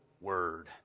word